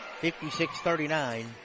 56-39